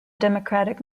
democratic